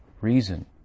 reason